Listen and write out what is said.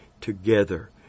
together